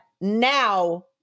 now